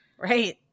Right